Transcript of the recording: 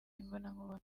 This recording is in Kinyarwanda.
imbonankubone